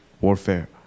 warfare